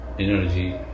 energy